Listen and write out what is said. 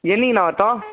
என்னிக்கிண்ணா வரட்டும்